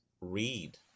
read